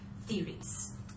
theories